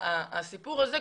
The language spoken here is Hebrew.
הסיפור הזה,